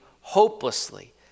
hopelessly